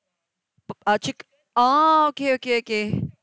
p~ uh chic~ oh okay okay okay